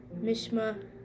Mishma